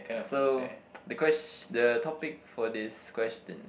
so the quest the topic for this question